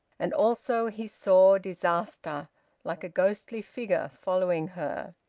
and also he saw disaster like a ghostly figure following her.